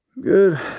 Good